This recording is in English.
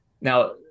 Now